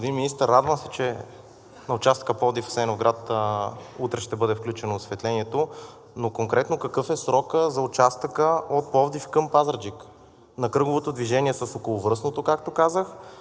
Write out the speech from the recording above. Господин Министър, радвам се, че на участъка Пловдив – Асеновград утре ще бъде включено осветлението. Но конкретно: какъв е срокът за участъка от Пловдив към Пазарджик, на кръговото движение с околовръстното, както казах,